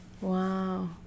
Wow